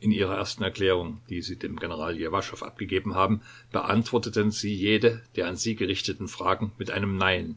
in ihrer ersten erklärung die sie dem general ljewaschow abgegeben haben beantworteten sie jede der an sie gerichteten fragen mit einem nein